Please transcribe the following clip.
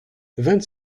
vingt